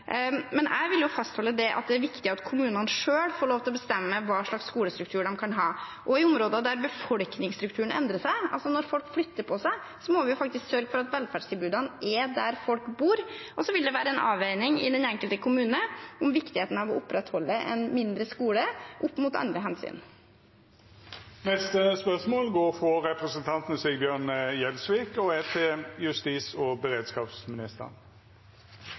Men jeg vil fastholde at det er viktig at kommunene selv får lov til å bestemme hva slags skolestruktur de kan ha. I områder der befolkningsstrukturen endrer seg, altså når folk flytter på seg, må vi faktisk sørge for at velferdstilbudene er der folk bor. Så det vil være en avveining i den enkelte kommune om viktigheten av å opprettholde en mindre skole opp mot andre hensyn. «Ifølge Brønnøysundregistrene var det i tidligere Asker og Bærum politidistrikt 402 ansatte i 2015. Ved Røyken og